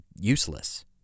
useless